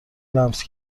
لمس